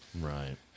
Right